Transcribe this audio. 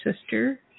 Sister